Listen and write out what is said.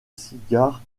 cigares